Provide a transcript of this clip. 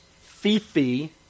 Fifi